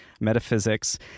metaphysics